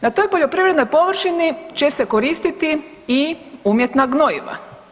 Na toj poljoprivrednoj površini će se koristiti i umjetna gnojiva.